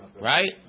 right